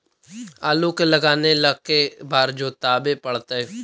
आलू के लगाने ल के बारे जोताबे पड़तै?